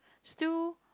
still